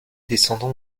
descendons